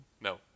No